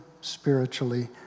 spiritually